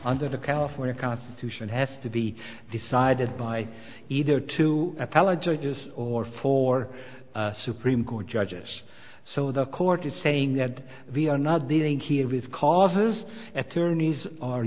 under the california constitution has to be decided by either two appellate judges or four supreme court judges so the court is saying that we are not dealing here with causes attorneys are